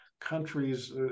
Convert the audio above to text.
countries